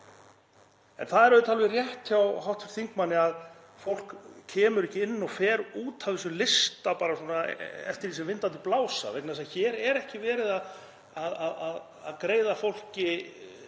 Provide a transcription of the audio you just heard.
En það er auðvitað alveg rétt hjá hv. þingmanni að fólk kemur ekki inn og fer út af þessum lista bara svona eftir því sem vindar blása vegna þess að hér er ekki verið að greiða fólki